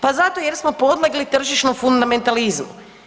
Pa zato jer smo podlegli tržišnom fundamentalizmu.